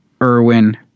Irwin